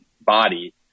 body